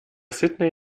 sydney